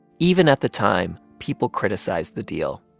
even at the time, people criticized the deal,